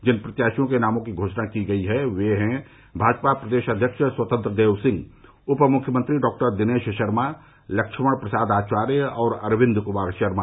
जिन प्रत्याशियों के नामों की घोषणा की गई है वे हैं भाजपा प्रदेश अध्यक्ष स्वतंत्र देव सिंह उप मुख्यमंत्री डॉक्टर दिनेश शर्मा लक्षमण प्रसाद आचार्य और अरविन्द कुमार शर्मा